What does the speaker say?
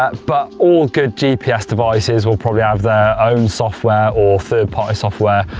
ah but all good gps devices will probably have their own software or third party software.